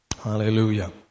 Hallelujah